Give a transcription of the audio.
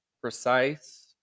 precise